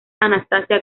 anastasia